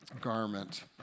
garment